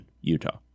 Utah